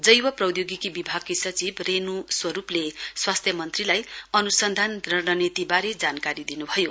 जैव प्रौधोगिकी विभागकी सचिव रेणु स्वरुपले स्वास्थ्य मन्त्रीलाई अनुसन्धान रणनीति वारे जानकारी दिनुभयो